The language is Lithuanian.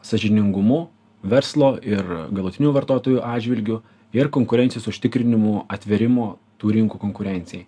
sąžiningumu verslo ir galutinių vartotojų atžvilgiu ir konkurencijos užtikrinimu atvėrimo tų rinkų konkurencijai